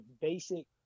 basic